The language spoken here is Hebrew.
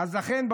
לכן,